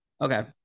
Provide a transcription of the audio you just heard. Okay